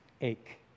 ache